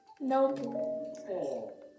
Nope